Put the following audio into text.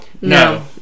No